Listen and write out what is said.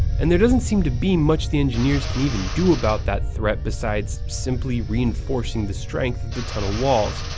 and there doesn't seem to be much the engineers can even do about that threat besides simply reinforcing the strength of the tunnel walls.